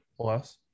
Plus